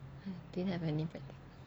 I didn't have any practical